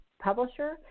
publisher